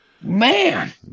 Man